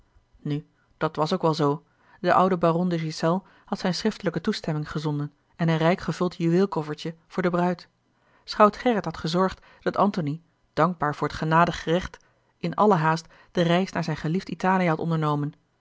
nu dàt was ook wel zoo de oude baron de ghiselles had zijne schriftelijke toestemming gezonden en een rijk gevuld juweel koffertje voor de bruid schout gerrit had gezorgd dat antony dankbaar voor t genadig recht in alle haast de reis naar zijn geliefd italië had ondernomen